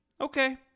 okay